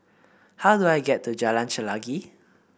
how do I get to Jalan Chelagi